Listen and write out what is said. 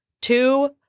two